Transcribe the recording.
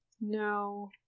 No